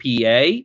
PA